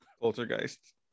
Poltergeist